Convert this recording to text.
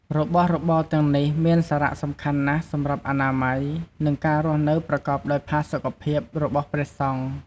របស់របរទាំងនេះមានសារៈសំខាន់ណាស់សម្រាប់អនាម័យ និងការរស់នៅប្រកបដោយផាសុកភាពរបស់ព្រះសង្ឃ។